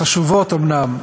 חשובות אומנם,